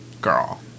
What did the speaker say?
Girl